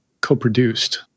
co-produced